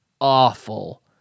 awful